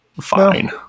fine